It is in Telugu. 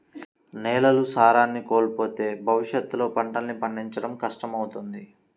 నేలలు సారాన్ని కోల్పోతే భవిష్యత్తులో పంటల్ని పండించడం కష్టమవుతుంది